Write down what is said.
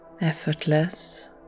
effortless